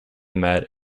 mad